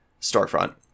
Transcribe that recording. storefront